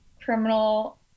criminal